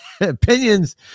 opinions